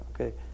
Okay